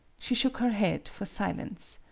she shook her head for silence.